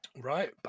Right